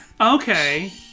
okay